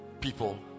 people